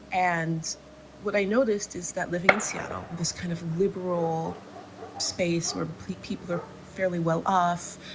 and what i noticed is that living in seattle, this kind of liberal space where people are fairly well ah off.